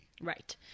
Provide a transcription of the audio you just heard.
Right